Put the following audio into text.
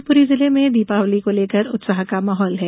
शिवपूरी जिले में दीपावली को लेकर उत्साह का माहौल है